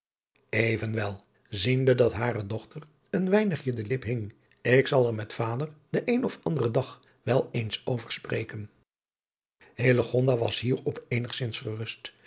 evenwel ziende dat hare dochter een weinigje de lip hing ik zal er met vader den een of anderen dag wel eens over spreken hillegonda was hier op eenigzins gerust